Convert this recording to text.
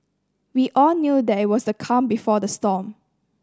we all knew that it was the calm before the storm